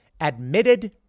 admitted